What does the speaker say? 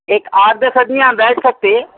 ایک آٹھ دس آدمیاں بیٹھ سکتے